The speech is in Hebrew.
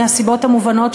מהסיבות המובנות,